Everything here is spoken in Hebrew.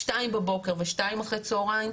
שתיים בבוקר ושתיים אחרי הצהריים,